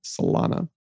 solana